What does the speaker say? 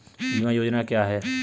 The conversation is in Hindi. बीमा योजना क्या है?